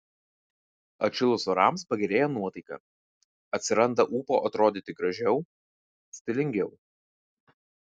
atšilus orams pagerėja nuotaika atsiranda ūpo atrodyti gražiau stilingiau